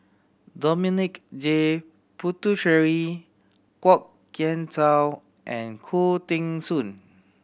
Dominic J Puthucheary Kwok Kian Chow and Khoo Teng Soon